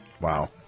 Wow